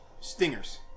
Stingers